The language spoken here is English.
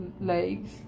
legs